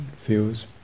feels